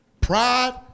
Pride